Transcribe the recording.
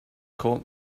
called